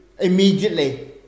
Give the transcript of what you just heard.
immediately